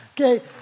Okay